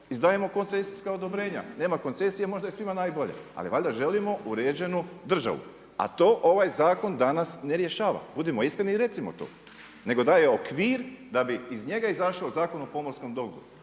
izdajemo koncesijaka odobrenja, nema koncesije možda je svima najbolje. Ali valjda želimo uređenu državu, a to ovaj zakon danas ne rješava. Budimo iskreni i recimo to. Nego daje okvir da bi iz njega izašao Zakon o pomorskom dobru,